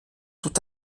tout